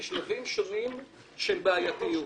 בשלבים שונים של בעייתיות.